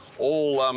all.